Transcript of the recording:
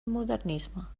modernisme